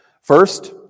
First